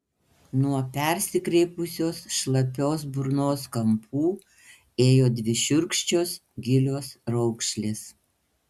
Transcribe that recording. nuo persikreipusios šlapios burnos kampų ėjo dvi šiurkščios gilios raukšlės